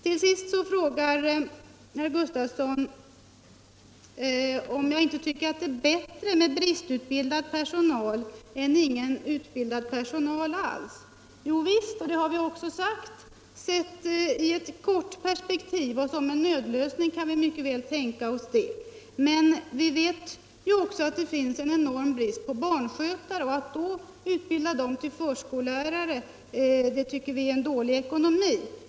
Till sist frågar herr Gustafsson, om jag inte tycker att det är bättre med bristutbildad personal än med ingen utbildad personal alls. Jo visst! Det har vi också sagt att det är; sett i ett kort perspektiv och som en nödlösning kan vi mycket väl tänka oss det. Men vi vet också att det finns en enorm brist på barnskötare, och att då utbilda dem till förskollärare anser vi vara dålig ekonomi.